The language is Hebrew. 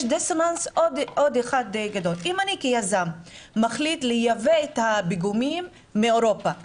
אם אני כיזם מחליט את הפיגומים מאירופה,